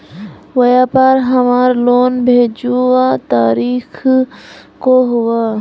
व्यापार हमार लोन भेजुआ तारीख को हुआ?